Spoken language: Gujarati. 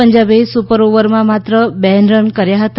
પંજાબે સુપર ઓવરમાં માત્ર બે રન કર્યા હતા